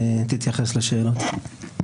תתייחס לשאלות.